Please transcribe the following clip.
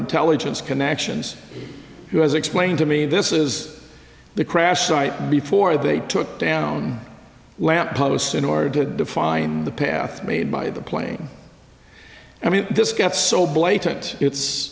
intelligence connections who has explained to me this is the crash site before they took down lamp posts in order to define the path made by the plane i mean this gets so blatant it's